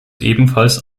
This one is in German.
ebenfalls